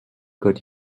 could